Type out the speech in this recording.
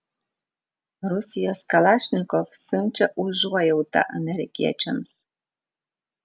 rusijos kalašnikov siunčia užuojautą amerikiečiams